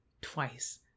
twice